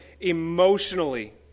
Emotionally